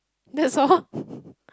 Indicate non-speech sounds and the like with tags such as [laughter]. that's all [laughs]